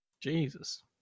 Jesus